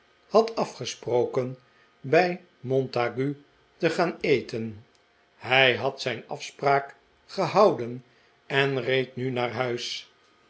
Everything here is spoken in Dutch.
had afgesproken bijj montague te gaan eten hij had zijn afspraak gehouden en reed nu naar huis